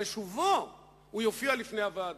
בשובו, הוא יופיע בפני הוועדה.